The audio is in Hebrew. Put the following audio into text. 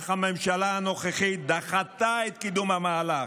אך הממשלה הנוכחית דחתה את קידום המהלך,